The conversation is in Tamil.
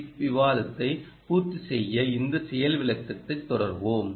சிப் விவாதத்தை பூர்த்தி செய்ய இந்த செயல் விளக்கத்தைத் தொடர்வோம்